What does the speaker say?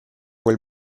quel